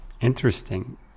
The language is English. interesting